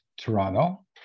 Toronto